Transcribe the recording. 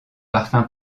parfum